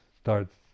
starts